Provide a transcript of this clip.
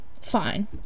fine